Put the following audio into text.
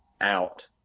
out